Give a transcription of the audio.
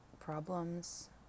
problems